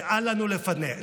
ואל לנו לפחד,